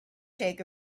take